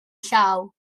llaw